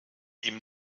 ihm